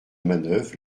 manœuvre